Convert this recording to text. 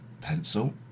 Pencil